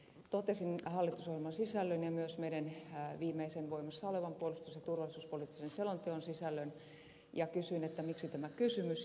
totesin hallitusohjelman sisällön ja myös meidän viimeisen voimassa olevan puolustus ja turvallisuuspoliittisen selontekomme sisällön ja kysyin miksi tämä kysymys